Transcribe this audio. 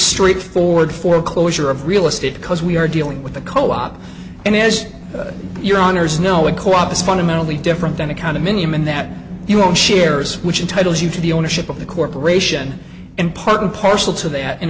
straightforward foreclosure of real estate because we are dealing with a co op and as your honour's know a co op is fundamentally different than a condominium in that you own shares which entitle you to the ownership of the corporation and part and parcel to that in